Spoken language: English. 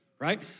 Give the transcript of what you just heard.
right